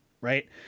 Right